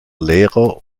lehrer